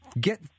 get